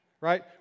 right